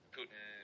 Putin